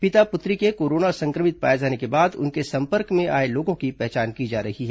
पिता पुत्री के कोरोना संक्रमित पाए जाने के बाद उनके संपर्क में आए लोगों की पहचान की जा रही है